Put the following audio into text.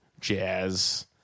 jazz